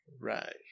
Right